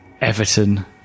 Everton